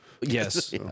Yes